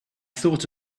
thought